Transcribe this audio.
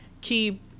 Keep